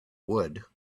would